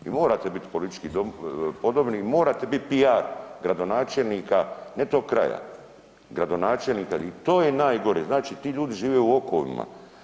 I morate biti politički podobni i morate bit piar gradonačelnika ne tog kraja, gradonačelnika i to je najgore, znači, ti ljudi žive u okovima.